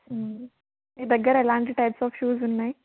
మీ దగ్గర ఎలాంటి types of shoes ఉన్నాయ్